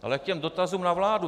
Ale k těm dotazům na vládu.